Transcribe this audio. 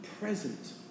present